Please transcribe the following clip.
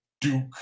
Duke